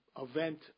event